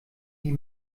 die